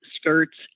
skirts